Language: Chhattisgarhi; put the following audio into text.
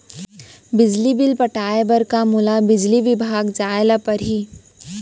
बिजली बिल पटाय बर का मोला बिजली विभाग जाय ल परही?